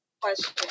question